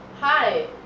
Hi